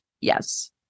yes